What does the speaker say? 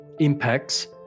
impacts